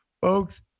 Folks